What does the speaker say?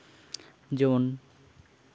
ᱡᱮᱢᱚᱱ